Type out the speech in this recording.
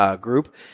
group